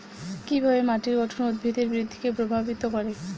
কিভাবে মাটির গঠন উদ্ভিদের বৃদ্ধিকে প্রভাবিত করে?